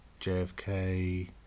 JFK